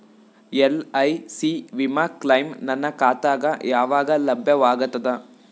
LIC ವಿಮಾ claim ನನ್ನ ಖಾತಾಗ ಯಾವಾಗ ಲಭ್ಯವಾಗತದ?